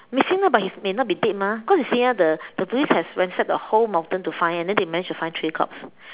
missing ah but he may not be dead mah cause you see ah the the police have ransacked the whole mountain to find and then they manage to find three corpses